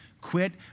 Quit